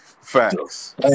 Facts